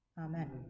Amen